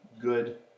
good